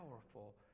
powerful